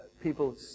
people